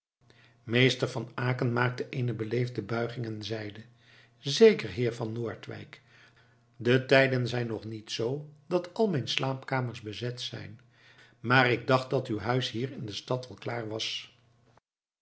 meester van aecken maakte eene beleefde buiging en zeide zeker heer van noordwijk de tijden zijn nog niet z dat al mijn slaapkamers bezet zijn maar ik dacht dat uw huis hier in de stad al klaar was